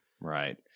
right